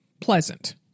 pleasant